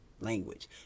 language